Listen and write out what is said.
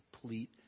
complete